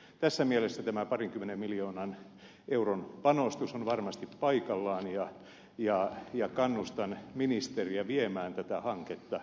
tässä mielessä tämä parinkymmenen miljoonan euron panostus on varmasti paikallaan ja kannustan ministeriä viemään tätä hanketta juurevasti eteenpäin